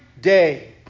day